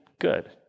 good